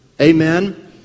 Amen